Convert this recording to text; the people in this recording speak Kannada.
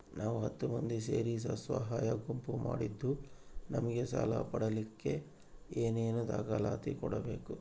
ನಾವು ಹತ್ತು ಮಂದಿ ಸೇರಿ ಸ್ವಸಹಾಯ ಗುಂಪು ಮಾಡಿದ್ದೂ ನಮಗೆ ಸಾಲ ಪಡೇಲಿಕ್ಕ ಏನೇನು ದಾಖಲಾತಿ ಕೊಡ್ಬೇಕು?